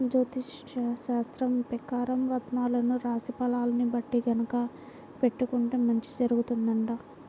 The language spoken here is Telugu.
జ్యోతిష్యశాస్త్రం పెకారం రత్నాలను రాశి ఫలాల్ని బట్టి గనక పెట్టుకుంటే మంచి జరుగుతుందంట